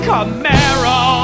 Camaro